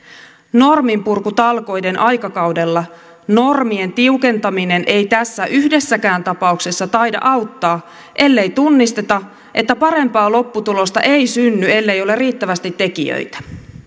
norminpurkutalkoiden aikakaudella normien tiukentaminen ei tässä yhdessäkään tapauksessa taida auttaa ellei tunnisteta että parempaa lopputulosta ei synny ellei ole riittävästi tekijöitä